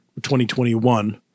2021